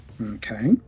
Okay